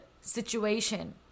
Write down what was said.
situation